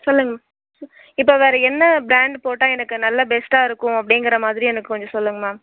சொல்லுங்கள் இப்போது வேற என்ன ப்ராண்ட் போட்டால் எனக்கு நல்லா பெஸ்ட்டாக இருக்கும் அப்படிங்கிற மாதிரி எனக்கு கொஞ்சம் சொல்லுங்கள் மேம்